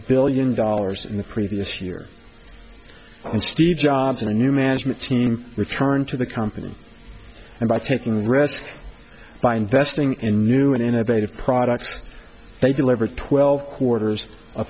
billion dollars in the previous year and steve jobs a new management team returned to the company and by taking a risk by investing in new and innovative products they delivered twelve quarters